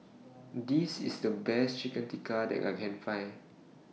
This IS The Best Chicken Tikka that I Can Find